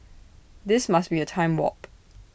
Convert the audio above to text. this must be A time warp